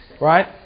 right